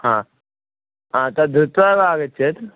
हा तद् धृत्वा व आगच्छेत्